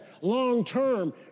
Long-term